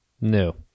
No